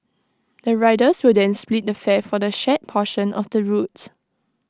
the riders will then split the fare for the shared portion of the routes